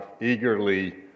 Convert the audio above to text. eagerly